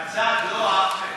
מהצד, לא, אחמד?